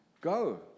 Go